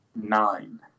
nine